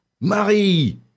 Marie